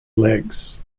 legs